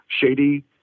shady